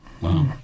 Wow